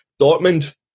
Dortmund